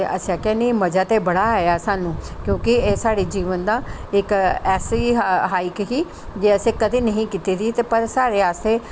ते असें आखेआ नेईं मजा ते बड़ा आया स्हानू क्योंकि साढ़ी जीवन दा इक ऐसी हाइक ही जे असें कदें नेईं ही कीती दी पता साढ़े आस्तै